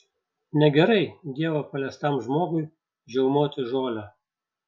negerai dievo paliestam žmogui žiaumoti žolę